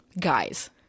Guys